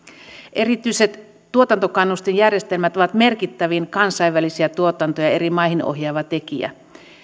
erityiset tuotantokannustinjärjestelmät ovat merkittävin kansainvälisiä tuotantoja eri maihin ohjaava tekijä